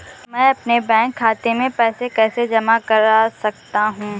मैं अपने बैंक खाते में पैसे कैसे जमा कर सकता हूँ?